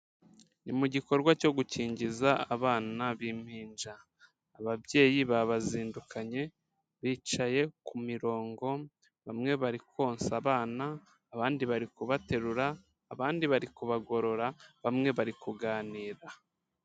Ni mu gikorwa cyo gukingiza abana b'impinja, ababyeyi babazindukanye bicaye ku mirongo, bamwe bari konsa abana, abandi bari kubaterura, abandi bari kubagorora, bamwe bari kuganira.